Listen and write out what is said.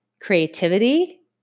creativity